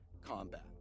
combat